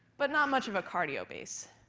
but not much of a cardio base,